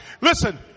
Listen